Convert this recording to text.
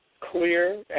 clear